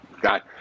Got